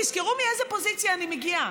תזכרו מאיזו פוזיציה אני מגיעה.